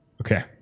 okay